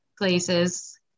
places